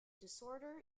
disorder